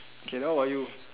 okay how about you